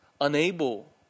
unable